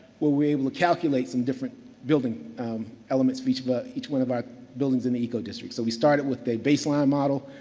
where we were able to calculate some different building elements of each but each one of our buildings in the eco districts. so, we started with the baseline model.